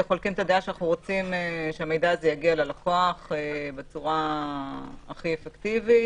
חולקים את הדעה שאנחנו רוצים שהמידע הזה יגיע ללקוח בצורה הכי אפקטיבית,